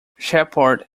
shepard